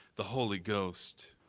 the holy ghost.